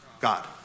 God